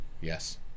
yes